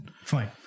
Fine